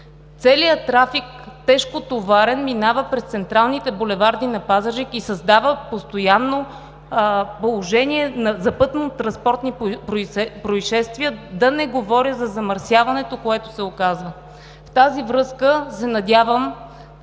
Целият тежкотоварен трафик минава през централните булеварди на Пазарджик и създава постоянно положение за пътнотранспортни произшествия – да не говоря за замърсяването, което се оказва. В тази връзка се надявам